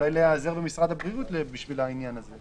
להיעזר במשרד הבריאות בשביל העניין היום,